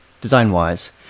design-wise